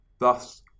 Thus